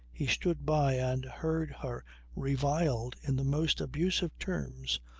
he stood by and heard her reviled in the most abusive terms,